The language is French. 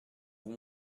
vous